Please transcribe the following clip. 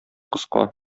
кыска